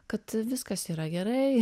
kad viskas yra gerai